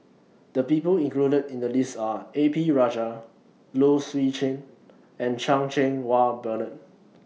The People included in The list Are A P Rajah Low Swee Chen and Chan Cheng Wah Bernard